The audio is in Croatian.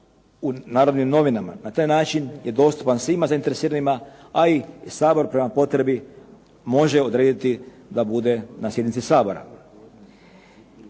u Narodnim novinama, na taj način je dostupan svima zainteresiranima i Sabor po potrebi može odrediti na bude na sjednici Sabora.